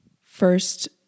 first